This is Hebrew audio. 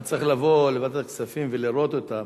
אתה צריך לבוא לוועדת הכספים ולראות אותם,